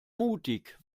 mutig